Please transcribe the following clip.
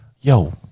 yo